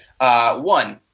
One